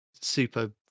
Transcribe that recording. super